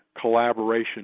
collaboration